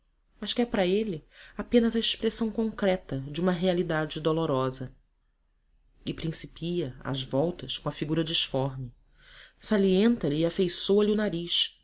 mas que é para ele apenas a expressão concreta de uma realidade dolorosa e principia às voltas com a figura disforme salienta lhe e afeiçoa lhe o nariz